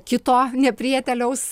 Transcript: kito neprieteliaus